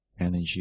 energy